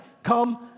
come